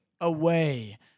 away